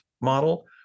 model